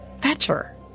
Fetcher